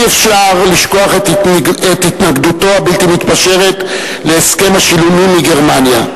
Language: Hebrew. אי-אפשר לשכוח את התנגדותו הבלתי-מתפשרת להסכם השילומים מגרמניה.